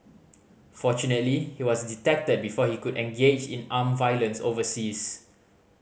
fortunately he was detected before he could engage in armed violence overseas